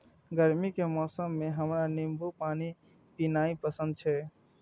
गर्मी के मौसम मे हमरा नींबू पानी पीनाइ पसंद छै